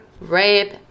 rape